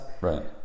Right